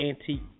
antique